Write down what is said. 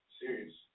serious